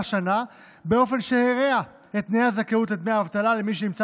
שנה באופן שהרע את תנאי הזכאות לדמי אבטלה למי שנמצא